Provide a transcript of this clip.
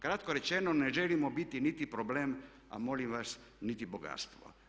Kratko rečeno ne želimo biti niti problem a molim vas niti bogatstvo.